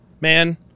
Man